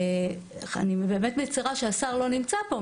אני באמת מצרה שהשר לא נמצא פה,